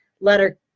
Letter